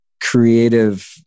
creative